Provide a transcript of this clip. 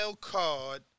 card